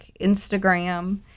Instagram